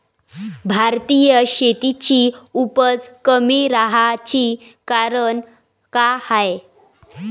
भारतीय शेतीची उपज कमी राहाची कारन का हाय?